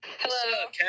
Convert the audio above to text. hello